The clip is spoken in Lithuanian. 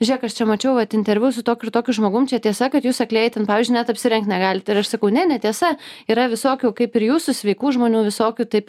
žiūrėk aš čia mačiau vat interviu su tokiu ir tokiu žmogum čia tiesa kad jūs aklieji ten pavyzdžiui net apsirengt negalit ir aš sakau ne netiesa yra visokių kaip ir jūsų sveikų žmonių visokių taip